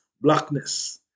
blackness